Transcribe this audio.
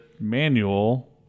manual